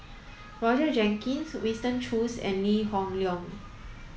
Roger Jenkins Winston Choos and Lee Hoon Leong